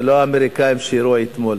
זה לא האמריקנים שהריעו אתמול.